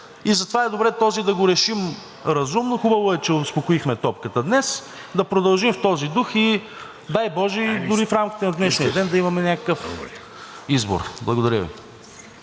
и затова е добре този да го решим разумно. Хубаво е, че успокоихме топката днес, да продължим в този дух и дай боже, дори в рамките на днешния ден да имаме някакъв избор. Благодаря Ви.